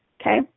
Okay